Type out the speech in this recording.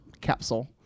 capsule